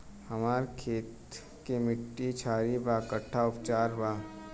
हमर खेत के मिट्टी क्षारीय बा कट्ठा उपचार बा?